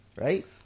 Right